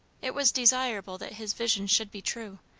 it was desirable that his vision should be true,